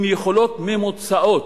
עם יכולות ממוצעות,